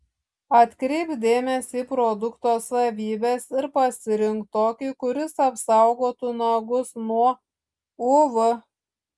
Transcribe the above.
atkreipk dėmesį į produkto savybes ir pasirink tokį kuris apsaugotų nagus nuo uv